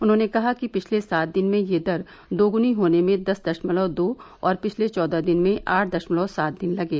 उन्होंने कहा कि पिछले सात दिन में यह दर दोगुनी होने में दस दशमलव दो और पिछले चौदह दिन में आठ दशमलव सात दिन लगे